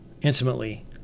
intimately